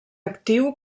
actiu